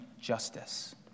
justice